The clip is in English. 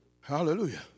Hallelujah